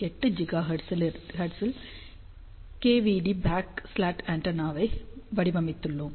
8 ஜிகாஹெர்ட்ஸில் cavity backed slot ஆண்டெனாவை வடிவமைத்துள்ளோம்